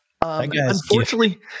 Unfortunately